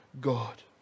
God